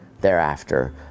thereafter